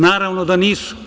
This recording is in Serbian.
Naravno da nisu.